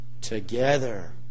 together